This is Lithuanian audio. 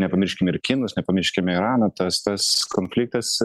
nepamirškim ir kinus nepamirškim irano testas konfliktas